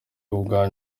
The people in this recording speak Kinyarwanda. ubwa